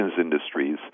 industries